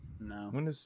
No